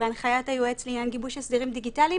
בהנחיית היועץ לעניין גיבוש הסדרים דיגיטליים